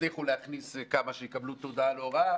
הצליחו להכניס כמה שיקבלו תעודת הוראה